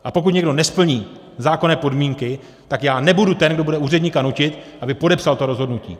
A pokud někdo nesplní zákonné podmínky, tak já nebudu ten, kdo bude úředníka nutit, aby podepsal to rozhodnutí!